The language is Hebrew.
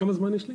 כמה זמן יש לי?